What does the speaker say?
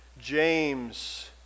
James